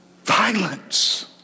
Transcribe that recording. Violence